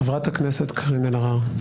חברת הכנסת קארין אלהרר,